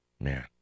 Man